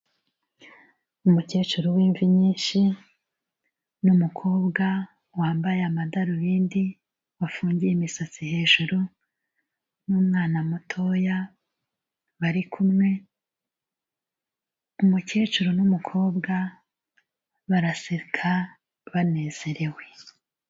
Umukecuru w'imvi nyinshi, n'umukobwa wambaye amadarubindi, wafungiye imisatsi hejuru, n'umwana mutoya barikumwe, umukecuru n'umukobwa baraseka banezerewe.